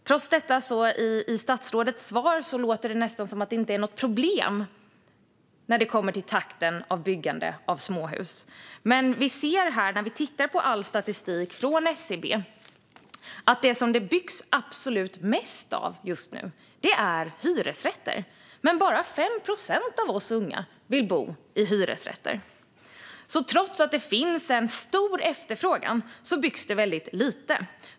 Trots detta låter det på statsrådets svar som att takten för byggande av småhus inte är något problem. Vi ser när vi tittar på all statistik från SCB att det som det byggs absolut mest av just nu är hyresrätter. Men bara 5 procent av oss unga vill bo i hyresrätter. Trots att det finns stor efterfrågan på småhus byggs det väldigt få sådana.